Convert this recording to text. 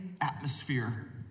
atmosphere